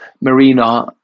Marina